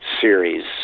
series